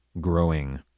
growing